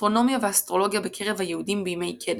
אסטרונומיה ואסטרולוגיה בקרב היהודים בימי קדם,